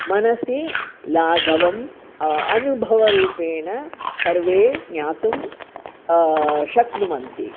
मनसि लाघवम् अनुभवरूपेण सर्वे ज्ञातुं शक्नुवन्ति